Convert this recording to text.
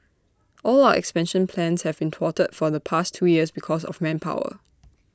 all our expansion plans have been thwarted for the past two years because of manpower